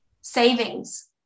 savings